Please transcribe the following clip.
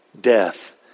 death